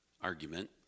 argument